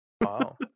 Wow